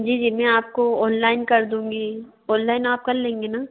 जी जी में आपको ओनलाइन कर दूँगी ओनलाइन आप कल लेंगे ना